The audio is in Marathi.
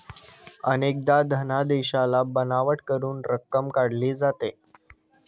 अनेकदा धनादेशाला बनावट करून रक्कम काढली जाते